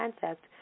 concept